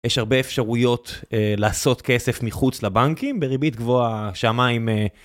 יש הרבה אפשרויות לעשות כסף מחוץ לבנקים, בריבית גבוהה, שהמים.